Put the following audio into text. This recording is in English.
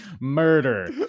Murder